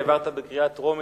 העברת בקריאה טרומית,